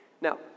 Now